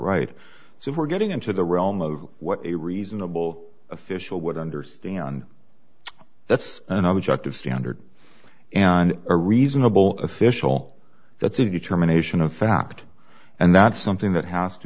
right so we're getting into the realm of what a reasonable official would understand that's an object of standard and a reasonable official that's a determination of fact and that's something that has to